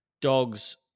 Dogs